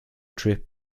trip